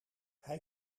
hij